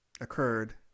occurred